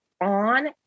on